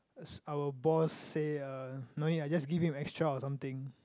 our boss say uh no need ah just give him extra or something